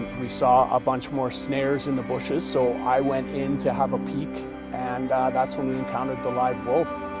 we saw a bunch more snares in the bushes so i went in to have a peak and that's when we encountered the live wolf.